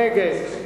מי נגד?